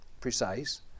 precise